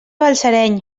balsareny